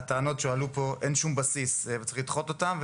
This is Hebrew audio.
לטענות שהועלו פה אין שום בסיס וצריך לדחות אותן,